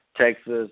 Texas